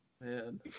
man